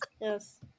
Yes